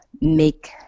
make